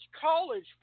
college